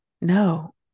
no